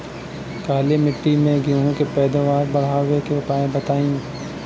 काली मिट्टी में गेहूँ के पैदावार बढ़ावे के उपाय बताई?